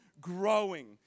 Growing